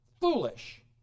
foolish